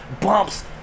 bumps